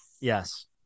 yes